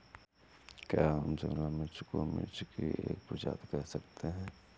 क्या हम शिमला मिर्च को मिर्ची की एक प्रजाति कह सकते हैं?